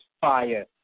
fire